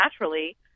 naturally